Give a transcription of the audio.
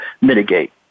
mitigate